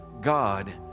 God